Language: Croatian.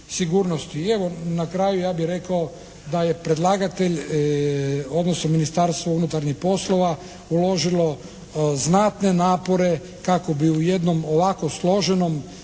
evo na kraju ja bih rekao da je predlagatelj odnosno Ministarstvo unutarnjih poslova uložilo znatne napore kako bi u jednom ovako složenom